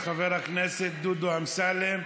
חבר הכנסת דודו אמסלם,